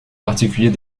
particulier